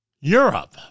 Europe